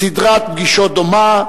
סדרת פגישות דומה,